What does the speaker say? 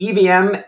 EVM